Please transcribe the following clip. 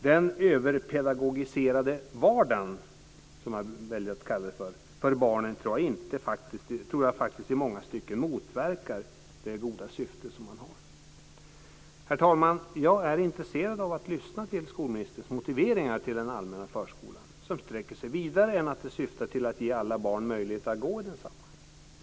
Den överpedagogiserade vardagen - som jag väljer att kalla det - för barnen tror jag faktiskt i många stycken motverkar det goda syfte som man har. Herr talman! Jag är intresserad av att lyssna till skolministerns motiveringar till den allmänna förskolan, motiveringar som sträcker sig längre än att man vill ge alla barn möjlighet att gå i densamma.